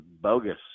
bogus